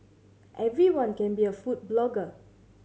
everyone can be a food blogger